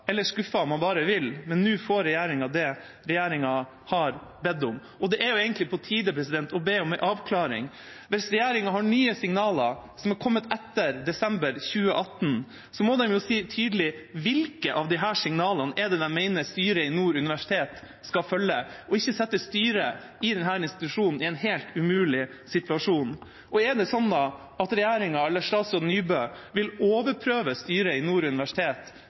eller skuffet man bare vil, men nå får regjeringa det som regjeringa har bedt om. Det er egentlig på tide å be om en avklaring. Hvis regjeringa har nye signaler som har kommet etter desember 2018, må de si tydelig hvilke av disse signalene de mener at styret i Nord universitet skal følge, og ikke sette styret i denne institusjonen i en helt umulig situasjon. Vil regjeringa eller statsråd Nybø overprøve styret i Nord universitet dersom de kommer til det